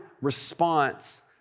response